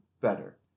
better